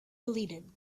deleted